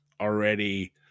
Already